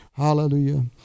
Hallelujah